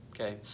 Okay